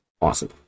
awesome